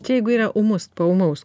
čia jeigu yra ūmus po ūmaus